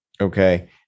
Okay